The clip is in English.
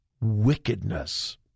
wickedness